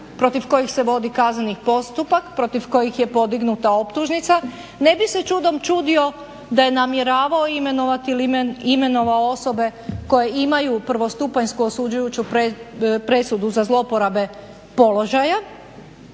protiv kojih se vodi kazneni postupak, protiv kojih je podignuta optužnica. Ne bi se čudom čudio da je namjeravao imenovati ili imenovao osobe koje imaju prvostupanjsku osuđujuću presudu za zlouporabe položaja